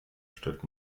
stellt